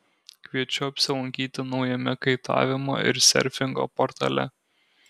kviečiu apsilankyti naujame kaitavimo ir serfingo portale